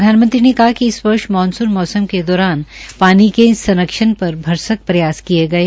प्रधानमंत्री ने कहा कि इस वर्ष मानसुन मौसम के दौरान पानी संरक्षण पर भरसक प्रयास किये गये